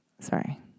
Sorry